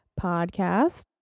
podcast